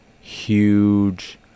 huge